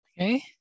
Okay